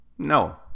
No